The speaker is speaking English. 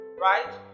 right